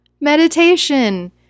Meditation